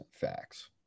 facts